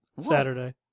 Saturday